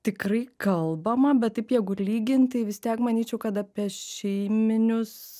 tikrai kalbama bet taip jeigu lygint tai vis tiek manyčiau kad apie šeiminius